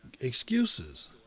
excuses